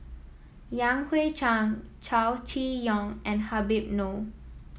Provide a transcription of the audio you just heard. Yan Hui Chang Chow Chee Yong and Habib Noh